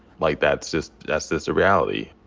like that's just that's just a reality.